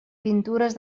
pintures